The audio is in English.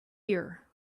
year